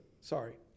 sorry